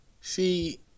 See